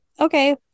okay